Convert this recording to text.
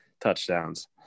touchdowns